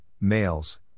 males